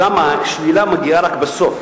שם השלילה באה רק בסוף.